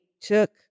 took